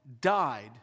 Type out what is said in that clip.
died